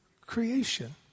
creation